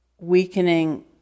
weakening